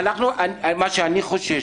מה שאני חושש,